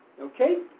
Okay